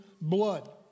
blood